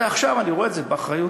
עכשיו אני רואה את זה באחריותי.